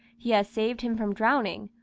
he has saved him from drowning,